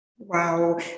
wow